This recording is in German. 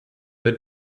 the